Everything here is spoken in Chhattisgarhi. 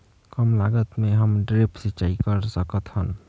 कम लागत मे हमन ड्रिप सिंचाई कर सकत हन?